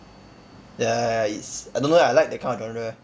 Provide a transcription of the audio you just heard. ya it's I don't know ah I like the kind of genre